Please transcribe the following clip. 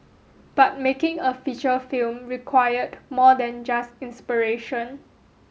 but making a feature film required more than just inspiration